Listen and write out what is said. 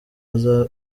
aze